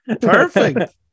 Perfect